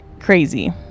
crazy